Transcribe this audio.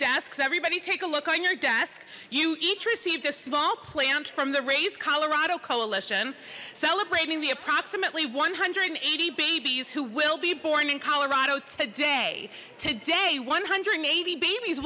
so everybody take a look on your desk you each received a small plant from the raise colorado coalition celebrating the approximately one hundred and eighty babies who will be born in colorado today today one hundred and eighty babies